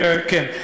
כן.